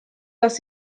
dass